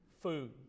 food